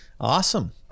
awesome